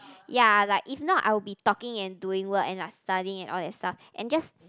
ya like if not I will be talking and doing work and like studying and all that stuff and just